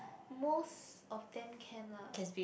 most of them can lah